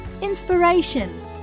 inspiration